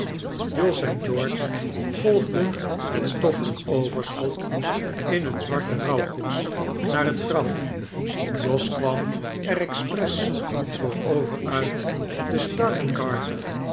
jos en george volgden het stoffelijk overschot in een zwarte rouwkoets naar het graf jos kwam er expres voor over uit de star and garter